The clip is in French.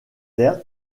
laird